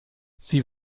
sie